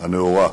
הנאורה.